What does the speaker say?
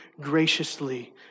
graciously